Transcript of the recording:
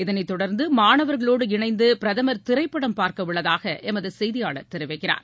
இதனைத்தொடர்ந்துமாணவர்களோடு இணந்துபிரதமர் திரைப்படம் பார்க்கஉள்ளதாகளமதுசெய்தியாளர் தெரிவிக்கிறார்